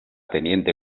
teniente